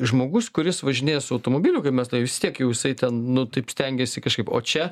žmogus kuris važinės automobiliu kaip mes tą jau vis tiek jau jisai ten nu taip stengiasi kažkaip o čia